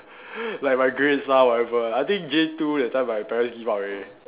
like my grades ah whatever I think J two that time my parents give up already